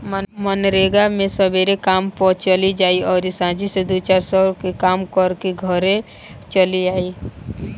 मनरेगा मे सबेरे काम पअ चली जा अउरी सांझी से दू चार सौ के काम कईके घरे चली आवअ